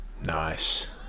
Nice